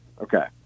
Okay